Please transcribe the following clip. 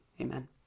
Amen